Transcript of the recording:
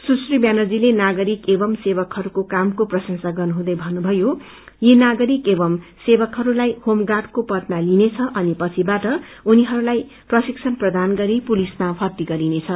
सुश्री व्यानर्जीले नागरिक एवम् सेवकहरूको कामको प्रशेसा गर्नुहुँदै भन्नुभयो यी नागरिक एवं सेवकहरूलाई स्रोम गार्डको पदमा लिइनेछ अनि पछिबाट उनीहरूलाई प्रशिक्षण प्रदान गरी प्रतिसमा भर्ती गरिनेछ